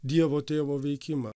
dievo tėvo veikimą